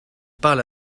parle